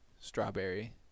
strawberry